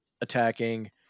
attacking